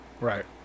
Right